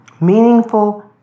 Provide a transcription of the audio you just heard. meaningful